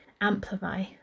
amplify